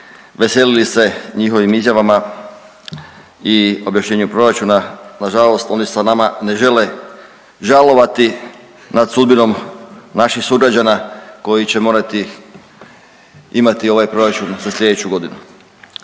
veselili se njihovim izjavama i objašnjenju proračuna. Nažalost oni sa nama ne žele žalovati nad sudbinom naših sugrađana koji će morati imati ovaj proračun za sljedeću godinu.